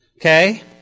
okay